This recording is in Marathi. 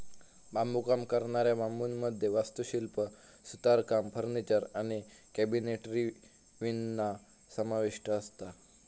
बांबुकाम करणाऱ्या बांबुमध्ये वास्तुशिल्प, सुतारकाम, फर्निचर आणि कॅबिनेटरी विणणा समाविष्ठ असता